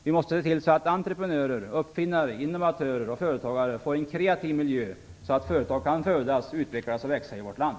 Vi måste se till att entreprenörer, uppfinnare, innovatörer och företagare får en kreativ miljö så att företag kan födas, utvecklas och växa i vårt land.